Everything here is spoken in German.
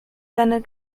seine